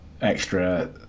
extra